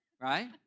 right